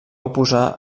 oposar